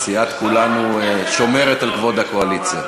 סיעת כולנו שומרת על כבוד הקואליציה.